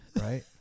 right